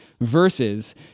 versus